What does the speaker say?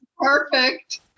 perfect